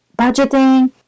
Budgeting